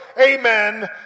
amen